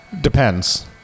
depends